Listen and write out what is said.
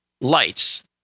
lights